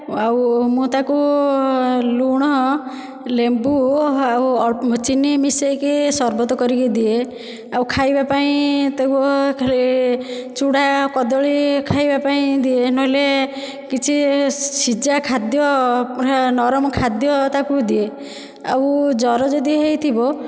ଆଉ ମୁଁ ତାକୁ ଲୁଣ ଲେମ୍ବୁ ଆଉ ଚିନି ମିଶେଇକି ସର୍ବତ କରିକି ଦିଏ ଆଉ ଖାଇବା ପାଇଁ ତାକୁ ଚୁଡ଼ା କଦଳୀ ଖାଇବା ପାଇଁ ଦିଏ ନହେଲେ କିଛି ସିଜା ଖାଦ୍ୟ ନରମ ଖାଦ୍ୟ ତାକୁ ଦିଏ ଆଉ ଜ୍ୱର ଯଦି ହେଇଥିବ